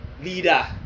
leader